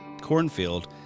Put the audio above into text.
cornfield